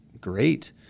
great